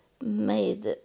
made